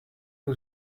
who